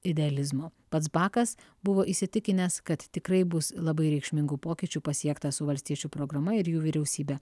idealizmo pats bakas buvo įsitikinęs kad tikrai bus labai reikšmingų pokyčių pasiekta su valstiečių programa ir jų vyriausybe